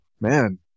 man